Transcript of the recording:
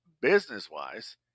business-wise